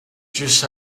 just